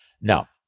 Now